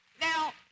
Now